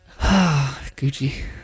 Gucci